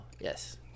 yes